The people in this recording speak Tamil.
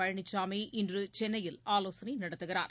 பழனிசாமி இன்று சென்னையில் ஆலோசனை நடத்துகிறார்